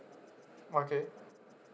okay